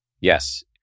Yes